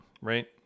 right